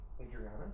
Adriana